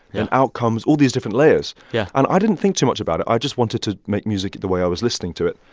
and out comes all these different layers yeah and i didn't think too much about it. i just wanted to make music the way i was listening to it.